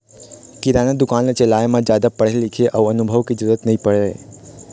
किराना दुकान ल चलाए म जादा पढ़े लिखे अउ अनुभव के जरूरत नइ परय